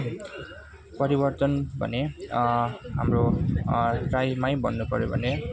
परिवर्तन भने हाम्रो राईमै भन्नु पऱ्यो भने